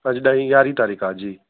अॼु ॾहीं यारहीं तारीख़ आहे जी